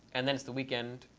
and then it's the weekend.